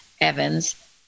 Evans